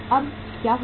अब क्या हुआ